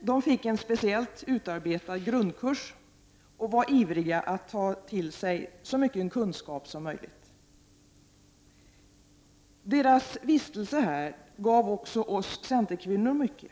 De fick en speciellt utarbetad grundkurs och var ivriga att ta till sig så mycken kunskap som möjligt. Deras vistelse här gav också oss centerkvinnor mycket.